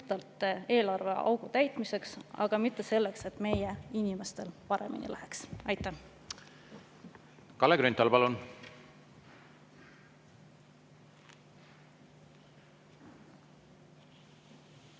eelarveaugu täitmiseks, mitte selleks, et meie inimestel paremini läheks. Aitäh! Kalle Grünthal, palun!